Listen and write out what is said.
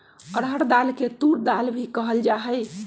अरहर दाल के तूर दाल भी कहल जाहई